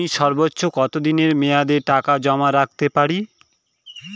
আমি সর্বোচ্চ কতদিনের মেয়াদে টাকা জমা রাখতে পারি?